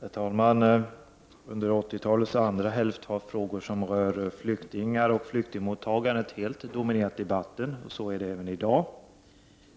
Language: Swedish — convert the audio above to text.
Herr talman! Under 80-talets andra hälft har frågor som rör flyktingar och flyktingmottagandet helt dominerat debatten. Så är det även i dag.